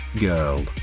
Girl